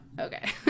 Okay